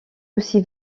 aussi